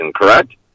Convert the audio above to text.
correct